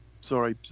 Sorry